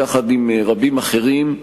יחד עם רבים אחרים,